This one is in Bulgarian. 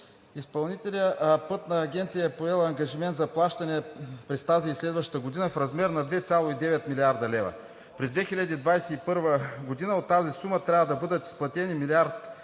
изпълнители, а Пътната агенция е поела ангажимент за плащане през тази и следващата година в размер на 2,9 млрд. лв. През 2021 г. от тази сума трябва да бъдат изплатени милиард